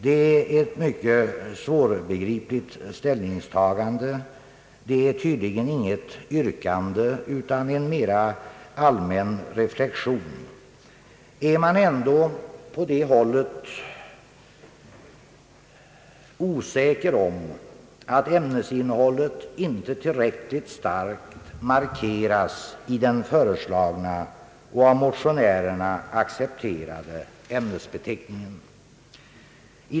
Detta är ett mycket svårbegripligt ställningstagande. Det är tydligen inget yrkande utan en mera allmän reflexion. Är man ändå på det hållet osäker om att ämnesinnehållet inte tillräckligt starkt markeras i den föreslagna och av motionärerna accepterade ämnesbeteckningen?